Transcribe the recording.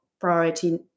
priority